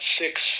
six